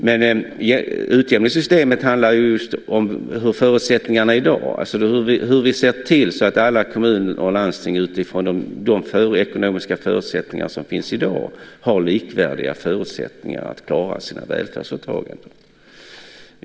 Men utjämningssystemet handlar om förutsättningarna i dag, alltså hur vi ser till att alla kommuner och landsting utifrån de ekonomiska förutsättningar som finns har likvärdiga förutsättningar att klara sina välfärdsuppdrag.